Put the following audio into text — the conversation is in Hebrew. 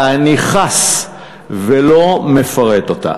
ואני חס ולא מפרט אותה.